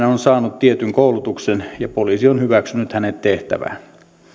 on saanut tietyn koulutuksen ja poliisi on hyväksynyt hänet tehtävään